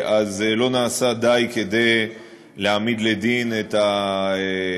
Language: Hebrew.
אז לא נעשה די כדי להעמיד לדין את האחראים.